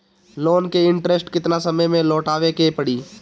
Loan के interest केतना समय में लौटावे के पड़ी?